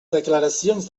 declaracions